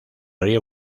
río